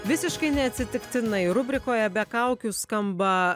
visiškai neatsitiktinai rubrikoje be kaukių skamba